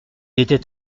était